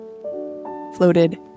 floated